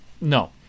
No